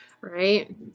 Right